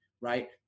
right